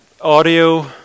audio